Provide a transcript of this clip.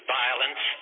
violence